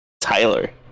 Tyler